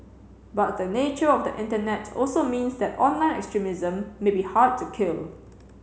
but the nature of the Internet also means that online extremism may be hard to kill